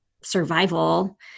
survival